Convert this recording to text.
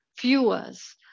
viewers